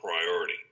priority